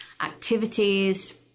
activities